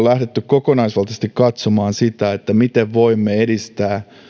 lähdetty kokonaisvaltaisesti katsomaan sitä miten voimme edistää